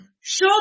Show